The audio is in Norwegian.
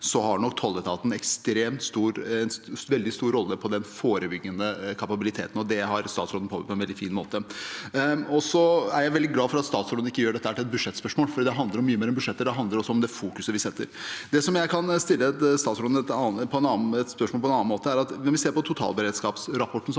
– har nok tolletaten en veldig stor rolle når det gjelder den forebyggende kapabiliteten, og det har statsråden påpekt på en veldig fin måte. Jeg er veldig glad for at statsråden ikke gjør dette til et budsjettspørsmål, for det handler om mye mer enn budsjetter. Det handler også om det fokuset vi setter. Jeg kan stille statsråden et spørsmål på en annen måte. Når vi ser på totalberedskapsrapporten